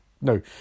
no